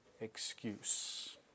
excuse